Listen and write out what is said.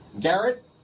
Garrett